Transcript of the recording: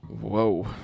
Whoa